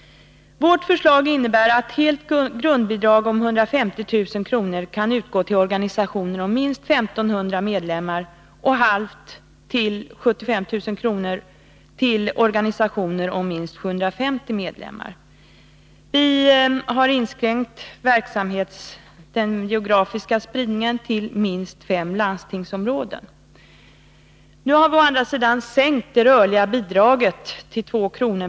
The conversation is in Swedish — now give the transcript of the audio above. Vårt förslag innebär att helt grundbidrag om 150 000 kr. kan utgå till organisationer om minst 1 500 medlemmar och halvt grundbidrag, 75 000 kr., till organisationer om minst 750 medlemmar. Vi har inskränkt verksamhetens geografiska spridning till minst fem landstingsområden. Å andra sidan har vi sänkt det rörliga bidraget till 2 kr.